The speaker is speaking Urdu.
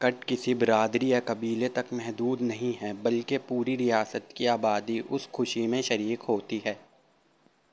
کٹ کسی برادری یا قبیلے تک محدود نہیں ہے بلکہ پوری ریاست کی آبادی اس خوشی میں شریک ہوتی ہے